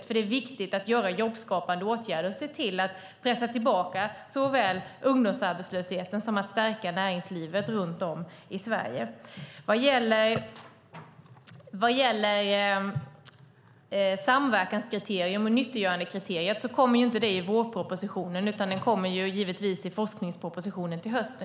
Det är nämligen viktigt att vidta jobbskapande åtgärder och se till såväl att pressa tillbaka ungdomsarbetslösheten som att stärka näringslivet runt om i Sverige. Vad gäller samverkanskriteriet och nyttiggörandekriteriet kommer detta med hur man ska fördela anslag inte i vårpropositionen utan givetvis i forskningspropositionen till hösten.